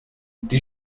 die